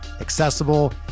accessible